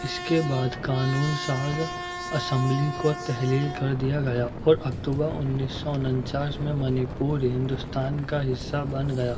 اس کے بعد قانون ساز اسمبلی کو تحلیل کر دیا گیا اور اکتوبر انیس سو اننچاس میں منی پور ہندوستان کا حصہ بن گیا